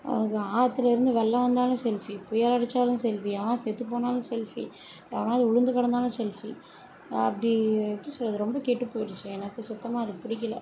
அதை ஆத்துலேயிருந்து வெள்ளம் வந்தாலும் செல்ஃபி புயலடிச்சாலும் செல்ஃபி எவன் செத்துப் போனாலும் செல்ஃபி எவனாவது விலுந்து கிடந்தாலும் செல்ஃபி அப்படி எப்படி சொல்லுறது ரொம்ப கெட்டுப் போயிடுச்சு எனக்கு சுத்தமாக அது பிடிக்கல